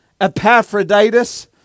Epaphroditus